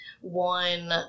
one